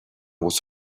was